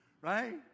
right